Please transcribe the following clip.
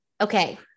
okay